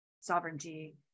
sovereignty